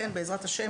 בעזרת ה',